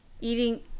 Eating